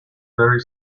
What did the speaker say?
very